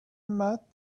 met